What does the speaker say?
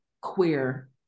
queer